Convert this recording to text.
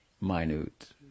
minute